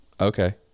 Okay